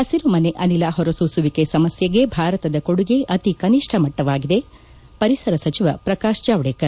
ಹಸಿರುಮನೆ ಅನಿಲ ಹೊರ ಸೂಸುವಿಕೆ ಸಮಸ್ನೆಗೆ ಭಾರತದ ಕೊಡುಗೆ ಅತಿ ಕನಿಷ್ಣ ಮಟ್ಟವಾಗಿದೆ ಪರಿಸರ ಸಚಿವ ಪ್ರಕಾಶ್ ಜಾವಡೇಕರ್